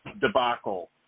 debacle